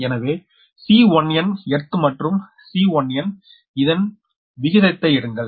எனவே C1n earth மற்றும் C1n இதன் வீக்கத்தை எடுங்கள்